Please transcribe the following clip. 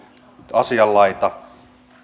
asianlaita